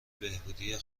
بهبودی